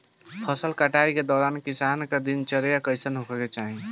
फसल कटाई के दौरान किसान क दिनचर्या कईसन होखे के चाही?